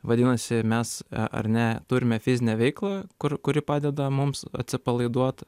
vadinasi mes ar ne turime fizinę veiklą kur kuri padeda mums atsipalaiduot